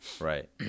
right